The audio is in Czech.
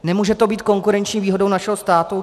Nemůže to být konkurenční výhodou našeho státu?